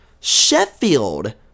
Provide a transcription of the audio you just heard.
Sheffield